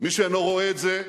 מי שאינו רואה את זה,